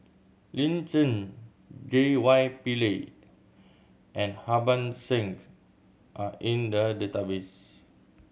Lin Chen J Y Pillay and Harbans Singh are in the database